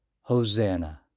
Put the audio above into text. Hosanna